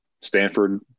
Stanford